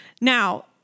Now